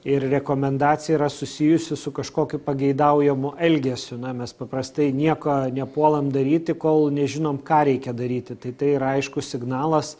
ir rekomendacija yra susijusi su kažkokiu pageidaujamu elgesiu na mes paprastai nieko nepuolam daryti kol nežinom ką reikia daryti tai tai yra aiškus signalas